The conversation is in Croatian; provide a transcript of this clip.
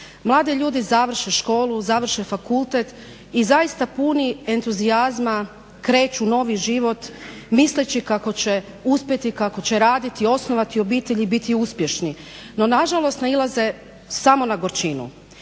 Mladi ljudi završe školu, završe fakultet i zaista puni entuzijazma kreću u novi život misleći kako će uspjeti, kako će raditi, osnovati obitelj i biti uspješni. No, nažalost nailaze samo na gorčinu,